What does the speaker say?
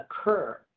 occur